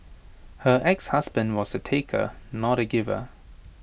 her exhusband was A taker not A giver